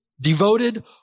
devoted